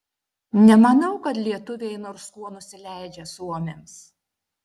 nemanau kad lietuviai nors kuo nusileidžia suomiams